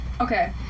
Okay